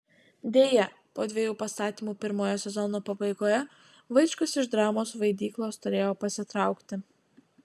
deja po dviejų pastatymų pirmojo sezono pabaigoje vaičkus iš dramos vaidyklos turėjo pasitraukti